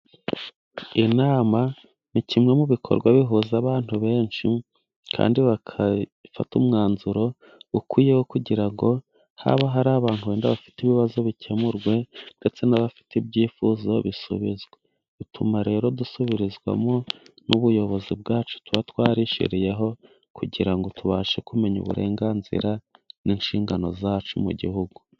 Inama ni kimwe mu bikorwa bihuza abantu benshi, kandi bagafata umwanzuro ukwiye, wo kugira ngo niba hari abantu bafite ibibazo, bikemurwe, ndetse n'abafite ibyifuzo bisubizwe. Bituma rero dusubizwamo, n'ubuyobozi bwacu tuba twarishyiriyeho, kugira ngo tubashe kumenya uburenganzira n'inshingano zacu mu gihugu.